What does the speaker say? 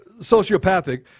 sociopathic